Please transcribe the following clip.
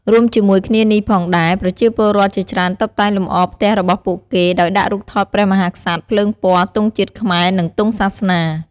រួមជាមួយគ្នានេះផងដែរ ប្រជាពលរដ្ឋជាច្រើនតុបតែងលម្អផ្ទះរបស់ពួកគេដោយដាក់រូបថតព្រះមហាក្សត្រ ភ្លើងពណ៌ ទង់ជាតិខ្មែរ និងទង់សាសនា។